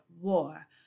war